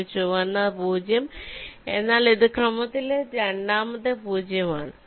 ഒരു ചുവന്ന 0 എന്നാൽ ഇത് ക്രമത്തിലെ രണ്ടാമത്തെ 0 ആണ്